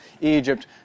Egypt